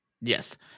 Yes